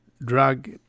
drug